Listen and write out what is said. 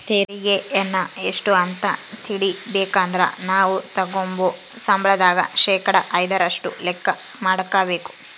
ತೆರಿಗೆಯನ್ನ ಎಷ್ಟು ಅಂತ ತಿಳಿಬೇಕಂದ್ರ ನಾವು ತಗಂಬೋ ಸಂಬಳದಾಗ ಶೇಕಡಾ ಐದರಷ್ಟು ಲೆಕ್ಕ ಮಾಡಕಬೇಕು